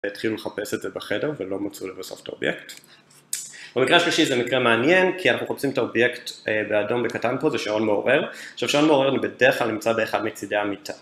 התחילו לחפש את זה בחדר ולא מצאו לבסוף את האובייקט. במקרה השלישי זה מקרה מעניין כי אנחנו מחפשים את האובייקט באדום בקטן פה, זה שעון מעורר. עכשיו שעון מעורר הוא בדרך כלל נמצא באחד מצידי המיטה.